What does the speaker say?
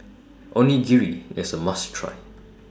Onigiri IS A must Try